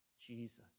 Jesus